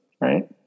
right